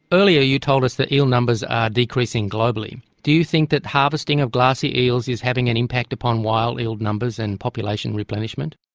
earlier you told us that eel numbers are decreasing globally. do you think that harvesting of glassy eels is having an impact upon wild eel numbers and population replenishment?